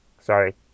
Sorry